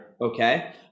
Okay